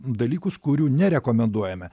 dalykus kurių nerekomenduojame